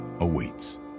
awaits